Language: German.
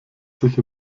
sich